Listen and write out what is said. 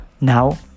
Now